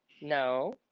No